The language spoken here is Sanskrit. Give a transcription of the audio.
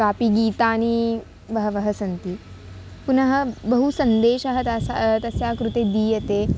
कान्यपि गीतानि बहूनि सन्ति पुनः बहु सन्देशः तस्याः तस्याः कृते दीयते